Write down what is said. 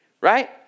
right